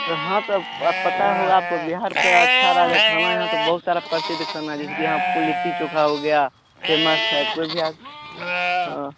तो हाँ तो पता ही होगा आपको बिहार तो अच्छा राज्य है खाना यहाँ तो बहुत सारे प्रसिद्ध खाने हैं जैसे कि यहाँ आपको लिट्टी चोखा हो गया फ़ेमस है कोई भी आप हाँ